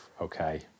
Okay